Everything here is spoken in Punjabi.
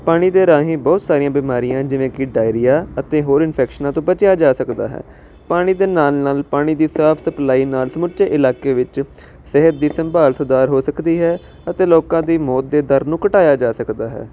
ਪਾਣੀ ਦੇ ਰਾਹੀਂ ਬਹੁਤ ਸਾਰੀਆਂ ਬਿਮਾਰੀਆਂ ਜਿਵੇਂ ਕਿ ਡਾਇਰੀਆ ਅਤੇ ਹੋਰ ਇਨਫੈਕਸ਼ਨਾਂ ਤੋਂ ਬਚਿਆ ਜਾ ਸਕਦਾ ਹੈ ਪਾਣੀ ਦੇ ਨਾਲ ਨਾਲ ਪਾਣੀ ਦੀ ਸਾਫ਼ ਸਪਲਾਈ ਨਾ ਸਮੁੱਚੇ ਇਲਾਕੇ ਵਿੱਚ ਸਿਹਤ ਦੀ ਸੰਭਾਲ ਸੁਧਾਰ ਹੋ ਸਕਦੀ ਹੈ ਅਤੇ ਲੋਕਾਂ ਦੀ ਮੌਤ ਦੇ ਦਰ ਨੂੰ ਘਟਾਇਆ ਜਾ ਸਕਦਾ ਹੈ